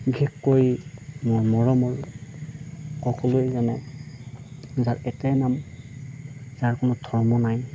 বিশেষকৈ মোৰ মৰমৰ সকলোৱে জানে যাৰ এটাই নাম যাৰ কোনো ধৰ্ম নাই